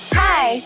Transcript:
hi